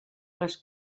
les